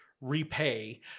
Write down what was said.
repay